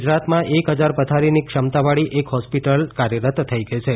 ગુજરાતમાં એક હજાર પથારીની ક્ષમતાવાળી એક હોસ્પિટલ કાર્યરત થઈ ગઈ છે